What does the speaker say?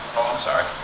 oh i'm sorry.